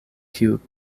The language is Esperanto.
kiu